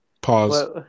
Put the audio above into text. pause